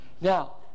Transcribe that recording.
Now